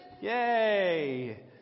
Yay